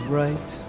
right